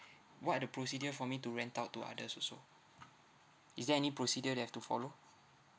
what are the procedure for me to rent out to others also is there any procedure that I've to follow